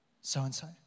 so-and-so